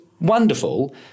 wonderful